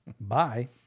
Bye